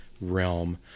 realm